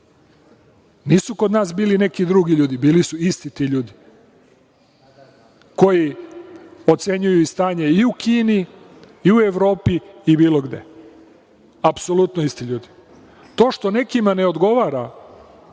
Nisu kod nas bili neki drugi ljudi, bili su isti ti ljudi koji ocenjuju i stanje i u Kini i u Evropi i bilo gde. Apsolutno isti ljudi. To što nekima ne odgovara